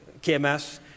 KMS